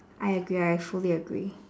I agree I fully agree